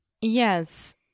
Yes